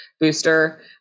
booster